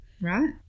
right